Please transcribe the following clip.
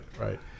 right